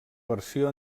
versió